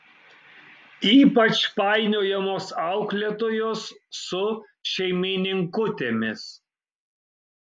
ypač painiojamos auklėtojos su šeimininkutėmis